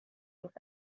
durch